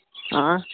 آ